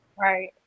Right